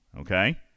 Okay